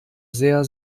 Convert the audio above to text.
sehr